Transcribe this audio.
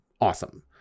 awesome